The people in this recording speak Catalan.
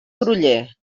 groller